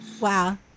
Wow